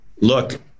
look